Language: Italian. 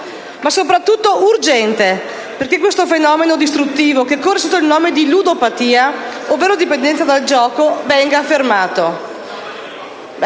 ma soprattutto urgente, perché questo fenomeno distruttivo che corre sotto il nome di ludopatia, ovvero dipendenza dal gioco, venga